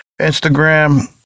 Instagram